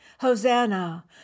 Hosanna